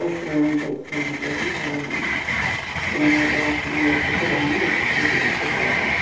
അപ്പോള് എത്രയാവും പൈസ എന്നുള്ളതും പറയണം പിന്നെ നല്ല ഭക്ഷണം കഴിച്ചിട്ട് വേണം വീട്ടിലേക്ക് തിരിച്ചുപോരാൻ